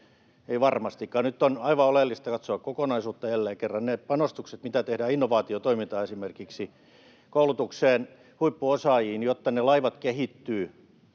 ei varmastikaan. Nyt on aivan oleellista katsoa kokonaisuutta jälleen kerran. Ne panostukset, mitä tehdään esimerkiksi innovaatiotoimintaan, koulutukseen, huippuosaajiin, jotta ne laivat kehittyvät,